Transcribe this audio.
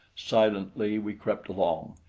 silently we crept along,